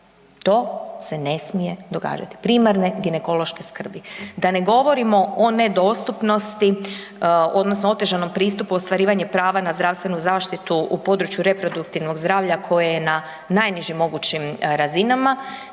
To se ne smije događati. Primarne ginekološke skrbi. Da ne govorimo o nedostupnosti odnosno otežanom pristupu ostvarivanja prava na zdravstvenu zaštitu u području reproduktivnog zdravlja koje je na najnižim mogućim razinama,